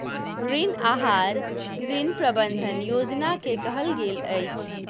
ऋण आहार, ऋण प्रबंधन योजना के कहल गेल अछि